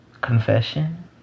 confession